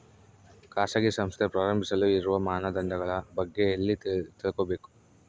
ಖಾಸಗಿ ಸಂಸ್ಥೆ ಪ್ರಾರಂಭಿಸಲು ಇರುವ ಮಾನದಂಡಗಳ ಬಗ್ಗೆ ಎಲ್ಲಿ ತಿಳ್ಕೊಬೇಕು?